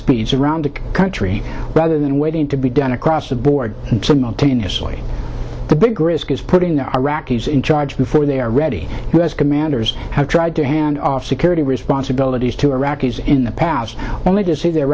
speeds around the country rather than waiting to be done across the board so the big risk is putting the iraqis in charge before they are ready u s commanders have tried to hand off security responsibilities to iraqis in the past only to see their